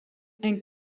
and